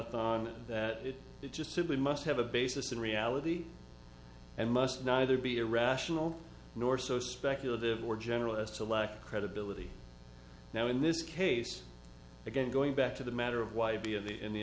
on that it just simply must have a basis in reality and must neither be irrational nor so speculative or general as to lack credibility now in this case again going back to the matter of why be in the in the